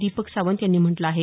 दीपक सावंत यांनी म्हटलं आहे